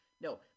No